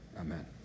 Amen